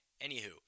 Anywho